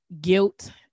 guilt